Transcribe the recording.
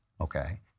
okay